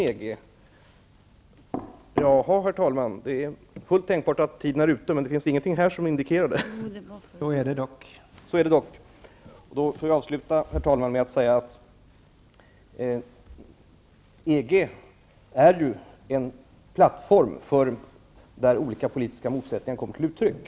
EG är en plattform där olika politiska motsättningar kommer till uttryck.